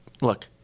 look